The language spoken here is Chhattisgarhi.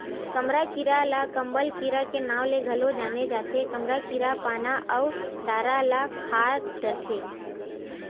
कमरा कीरा ल कंबल कीरा के नांव ले घलो जाने जाथे, कमरा कीरा पाना अउ डारा ल खा डरथे